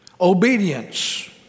obedience